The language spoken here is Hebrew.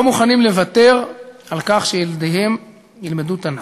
לא מוכנים לוותר על כך שילדיהם ילמדו תנ"ך.